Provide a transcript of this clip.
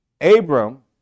Abram